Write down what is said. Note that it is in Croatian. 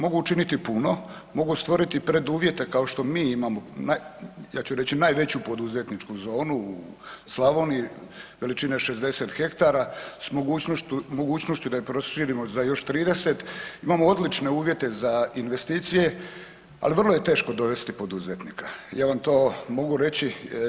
Mogu učiniti puno, mogu stvoriti preduvjete kao što mi imamo, ja ću reći najveću poduzetničku zonu u Slavoniji, veličine 60 hektara s mogućnošću da je proširimo za još 30, imamo odlične uvjete za investicije, ali vrlo je teško dovesti poduzetnika ja vam to mogu reći.